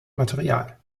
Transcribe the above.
material